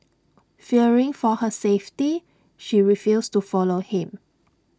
fearing for her safety she refused to follow him